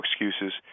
excuses